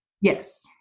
yes